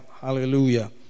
Hallelujah